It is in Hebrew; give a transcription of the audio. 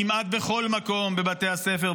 כמעט בכל מקום: בבתי הספר,